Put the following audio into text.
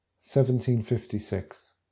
1756